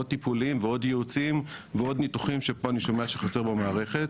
טיפולים ועוד ייעוצים ועוד ניתוחים שפה אני שומע שחסר במערכת,